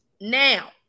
Now